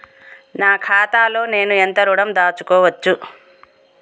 నా ఖాతాలో నేను ఎంత ఋణం దాచుకోవచ్చు?